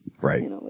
right